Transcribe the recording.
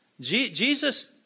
Jesus